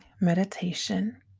meditation